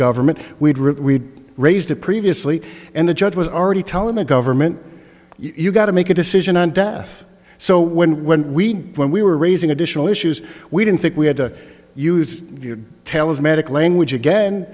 government we'd route we raised it previously and the judge was already telling the government you got to make a decision on death so when when we when we were raising additional issues we didn't think we had to use talismanic language again